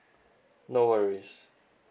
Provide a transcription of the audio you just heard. no worries